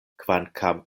kvankam